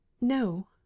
No